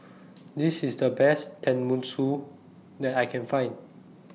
This IS The Best Tenmusu that I Can Find